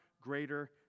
greater